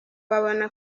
babona